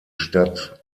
stadt